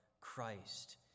Christ